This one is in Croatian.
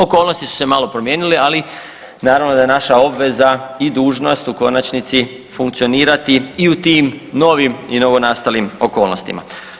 Okolnosti su se malo promijenile, ali naravno da je naša obveza i dužnost u konačnici funkcionirati i u tim novim i novonastalim okolnostima.